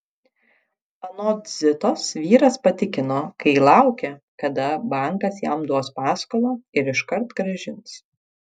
anot zitos vyras patikino kai laukia kada bankas jam duos paskolą ir iškart grąžins